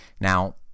now